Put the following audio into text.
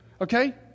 okay